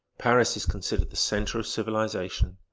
paris is considered the centre of civilization.